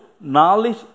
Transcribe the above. knowledge